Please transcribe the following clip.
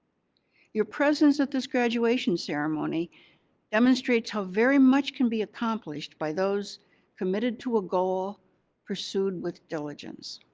your presence at this graduation ceremony demonstrates how very much can be accomplished by those committed to a goal pursued with diligence.